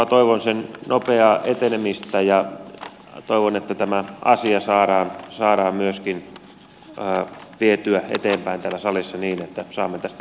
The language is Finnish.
toivon sen nopeaa etenemistä ja toivon että tämä asia saadaan myöskin vietyä eteenpäin täällä salissa niin että saamme tästä myönteisen päätöksen